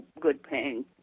good-paying